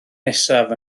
nesaf